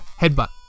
Headbutt